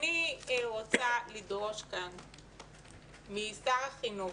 אני רוצה לדרוש כאן משר החינוך